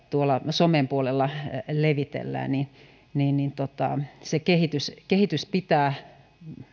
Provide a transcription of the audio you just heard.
somen puolella levitellään ja minä vähän peräänkuuluttaisin että se kehitys kehitys pitää